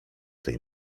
tej